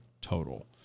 total